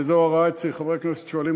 זו ההוראה אצלי: חברי כנסת שואלים,